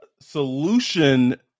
solution